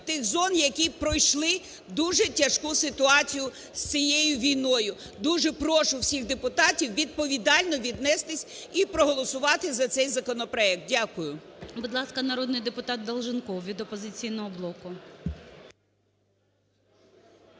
тих зон, які пройшли дуже тяжку ситуацію з цією війною. Дуже прошу всіх депутатів відповідально віднестись і проголосувати за цей законопроект. Дякую. ГОЛОВУЮЧИЙ. Будь ласка, народний депутат Долженков від "Опозиційного блоку".